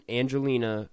angelina